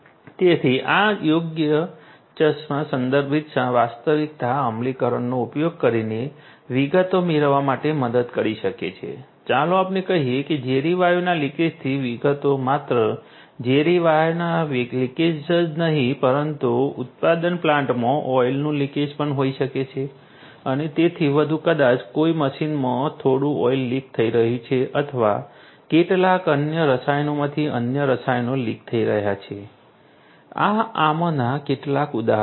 તેથી આ ચશ્મા યોગ્ય સંવર્ધિત વાસ્તવિકતા અમલીકરણનો ઉપયોગ કરીને વિગતો મેળવવા માટે મદદ કરી શકે છે ચાલો આપણે કહીએ કે ઝેરી વાયુઓના લિકેજની વિગતો માત્ર ઝેરી વાયુઓના લિકેજ જ નહીં પરંતુ ઉત્પાદન પ્લાન્ટમાં ઓઇલનું લિકેજ પણ હોઈ શકે છે અને તેથી વધુ કદાચ કોઈ મશીનમાં થોડું ઓઇલ લીક થઈ રહ્યું છે અથવા કેટલાક અન્ય રસાયણોમાંથી અન્ય રસાયણો લીક થઈ રહ્યા છે આ આમાંના કેટલાક ઉદાહરણો છે